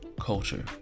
culture